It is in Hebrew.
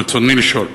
ברצוני לשאול: